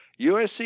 USC